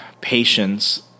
Patience